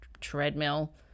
treadmill